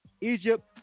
Egypt